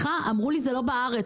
אמרו לי: זה לא בארץ.